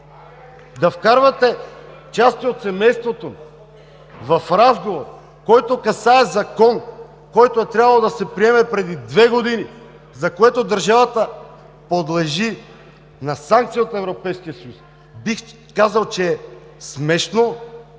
да вкарвате части от семейството ми в разговор, който касае Закон, който е трябвало да се приеме преди две години, за което държавата подлежи на санкция от Европейския съюз, бих казал, че е смешно,